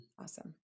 Awesome